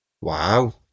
wow